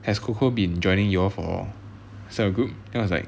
has coco been joining y'all for cell group then I was like